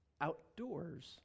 outdoors